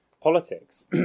Politics